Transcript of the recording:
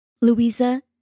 Louisa